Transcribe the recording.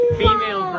female